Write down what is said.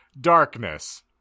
Darkness